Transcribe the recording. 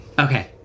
Okay